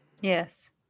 Yes